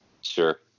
Sure